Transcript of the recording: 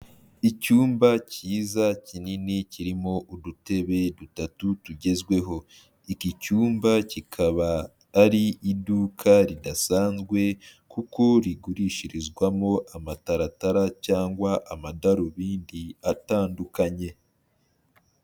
Icyumba cyiza kinini kirimo udutebe dutatu tugezweho, iki cyumba kikaba ari iduka ridasanzwe, kuko rigurishirizwamo amataratara cyangwa amadarubindi atandukanye.